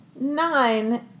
Nine